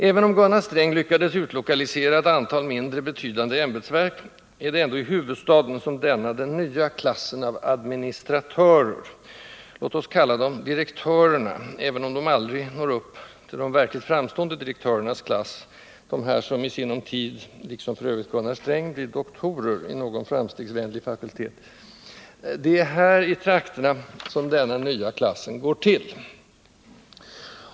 Även om Gunnar Sträng lyckades utlokalisera ett antal mindre betydande ämbetsverk, är det ändå i huvudstaden som denna den nya klassen av ”administratörer” — låt oss kalla dem ”direktörerna”, även om de aldrig når upp till de verkligt framstående direktörernas klass, dessa som i sinom tid, liksom f. ö. Gunnar Sträng, blir ”doktorer” i någon framstegsvänlig fakultet — det är här i trakterna som denna nya klass går till.